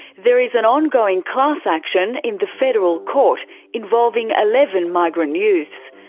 there is an ongoing class action in the federal court involving eleven migrant youths.